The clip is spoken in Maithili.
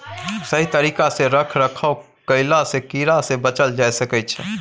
सही तरिका सँ रख रखाव कएला सँ कीड़ा सँ बचल जाए सकई छै